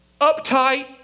uptight